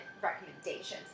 recommendations